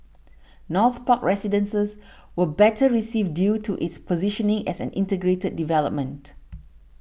North Park Residences was better received due to its positioning as an integrated development